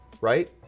right